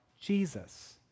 Jesus